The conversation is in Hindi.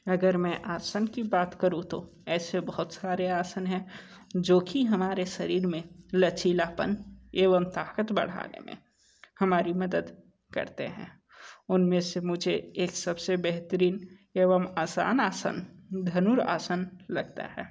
अगर मैं आसन की बात करूँ तो ऐसे बहुत सारे आसन हैं जो कि हमारे शरीर में लचीलापन एवं ताक़त बढ़ाने में हमारी मदद करते हैं उन में से मुझे एक सब से बेहतरीन एवं आसान आसन धनुर आसन लगता है